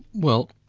well,